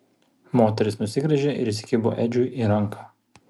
moteris nusigręžė ir įsikibo edžiui į ranką